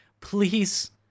please